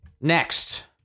Next